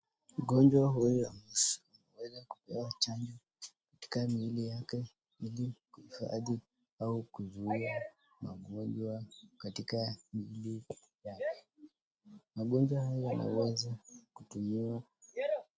Mgonjwa huyu ameweza kupewa chanjo katika mwili yake ili kuhifadhi au kuzuia magonjwa katika mwili yake. Magonjwa haya yanaweza kutumiwa...